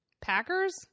Packers